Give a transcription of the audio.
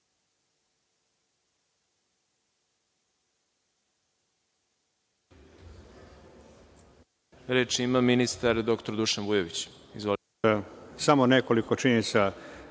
ima ministar dr Dušan Vujović.